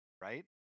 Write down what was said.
right